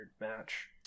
match